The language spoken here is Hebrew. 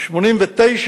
1989